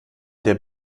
der